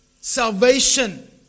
Salvation